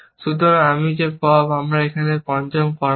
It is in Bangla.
সুতরাং আমি যে পপ তারপর এটি আমার পঞ্চম কর্ম হয়